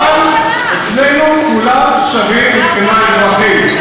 אבל אצלנו כולם שווים מבחינה אזרחית.